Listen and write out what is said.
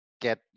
get